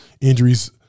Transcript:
injuries